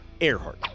Earhart